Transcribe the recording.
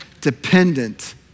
dependent